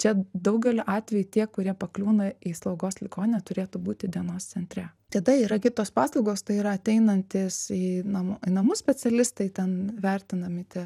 čia daugeliu atvejų tie kurie pakliūna į slaugos ligoninę turėtų būti dienos centre tada yra kitos paslaugos tai yra ateinantys į namo į namus specialistai ten vertinami tie